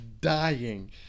Dying